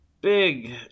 big